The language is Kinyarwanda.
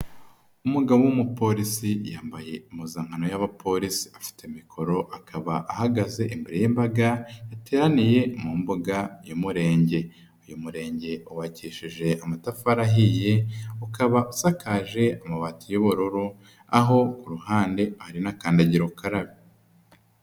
Umugabo w'umupolisi yambaye impuzankano y'abapolisi afite mikoro akaba ahagaze imbere y'imbaga yateraniye mu mbuga y'umurenge, uyu murenge wubakishije amatafari ahiye ukaba asakaje amabati y'ubururu aho ku ruhande hari na kandagira ukararabe.